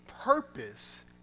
purpose